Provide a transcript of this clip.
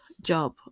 job